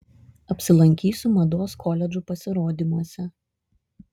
apsilankysiu mados koledžų pasirodymuose